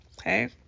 Okay